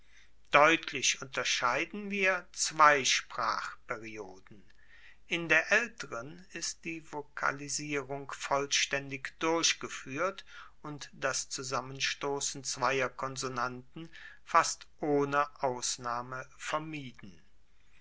deutlich unterscheiden wir zwei sprachperioden in der aelteren ist die vokalisierung vollstaendig durchgefuehrt und das zusammenstossen zweier konsonanten fast ohne ausnahme vermieden